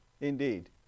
Indeed